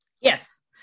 Yes